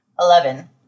Eleven